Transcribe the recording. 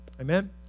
Amen